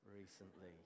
recently